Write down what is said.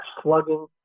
slugging